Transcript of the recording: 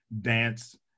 dance